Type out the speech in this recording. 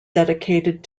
dedicated